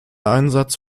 einsatz